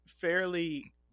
fairly